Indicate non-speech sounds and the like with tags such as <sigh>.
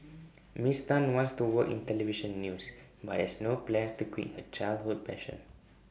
<noise> miss Tan wants to work in Television news but has no plans to quit her childhood passion